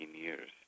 years